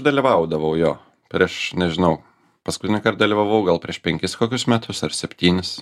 dalyvaudavau jo prieš nežinau paskutinįkart dalyvavau gal prieš penkis kokius metus ar septynis